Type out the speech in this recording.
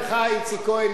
איציק כהן,